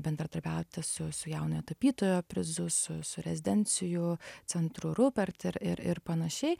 bendradarbiauti su su jaunojo tapytojo prizu su su rezidencijų centru rupert ir ir ir panašiai